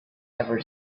ever